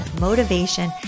motivation